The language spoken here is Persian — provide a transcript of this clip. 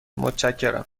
متشکرم